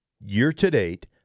year-to-date